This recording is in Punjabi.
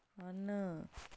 ਹਨ